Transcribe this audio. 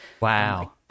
Wow